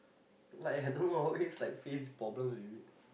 like I don't always like face problems with it